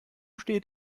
steht